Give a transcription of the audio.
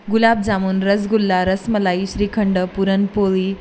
gulab jamun rasgulla rasmalai shrikhand puran poli